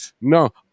no